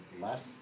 less